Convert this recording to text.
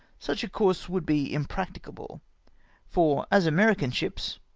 such a course would be impracticable for as american ships,